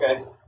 okay